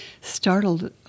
startled